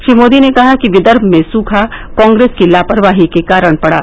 श्री मोदी ने कहा कि विदर्भ में सुखा कांप्रेस की लापरवाही के कारण पड़ा